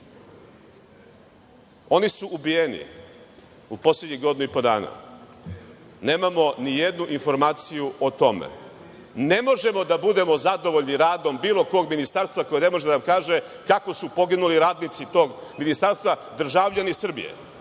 Oni su ubijeni u poslednjih godinu i po dana, nemamo ni jednu informaciju o tome. Ne možemo da budemo zadovoljni radom bilo kog ministarstva koje ne može da nam kaže kako su poginuli radnici tog ministarstva, državljani Srbije.